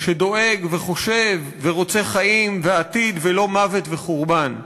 שדואג וחושב ורוצה חיים ועתיד, ולא מוות וחורבן.